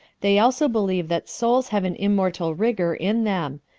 they also believe that souls have an immortal rigor in them,